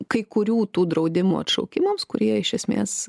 kai kurių tų draudimų atšaukimams kurie iš esmės